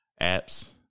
apps